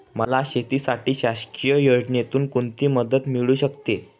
मला शेतीसाठी शासकीय योजनेतून कोणतीमदत मिळू शकते?